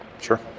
Sure